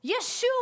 Yeshua